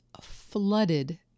flooded